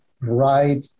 right